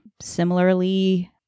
similarly